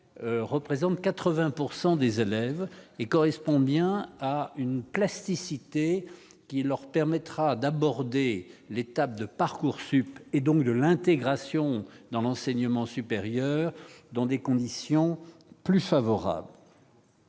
pourcent des élèves et correspond bien à une plasticité qui leur permettra d'aborder l'étape de Parcoursup et donc de l'intégration dans l'enseignement supérieur dans des conditions plus favorables.